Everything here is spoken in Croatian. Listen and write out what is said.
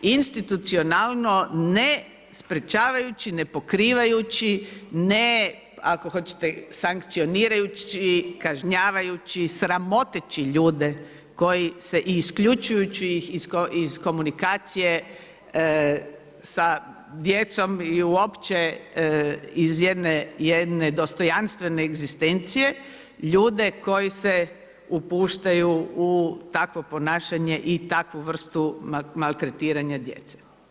Institucionalno ne sprečavajući, ne pokrivajući, ne ako hoćete sankcionirajući, kažnjavajući, sramoteći ljude koji se isključujući iz komunikacije sa djecom i uopće iz jedne dostojanstvene egzistencije ljude koji se upuštaju u takvo ponašanje i takvu vrstu maltretiranja djece.